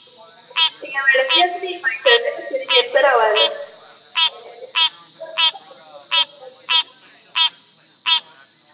paper आवा दे